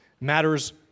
matters